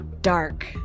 Dark